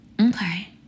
Okay